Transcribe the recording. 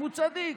הוא צדיק.